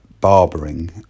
barbering